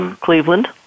Cleveland